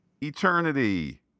eternity